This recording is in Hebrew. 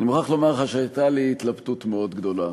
אני מוכרח לומר לך שהייתה לי התלבטות מאוד גדולה.